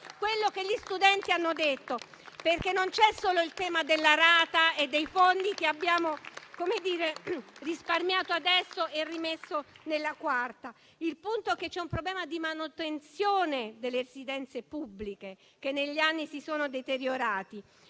quello che gli studenti hanno detto. Non c'è infatti solo il tema della rata e dei fondi che abbiamo risparmiato adesso e rimesso nella quarta. Il punto è che c'è un problema di manutenzione delle residenze pubbliche, che negli anni si sono deteriorate.